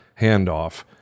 handoff